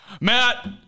Matt